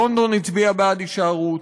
לונדון הצביעה בעד הישארות,